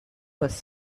was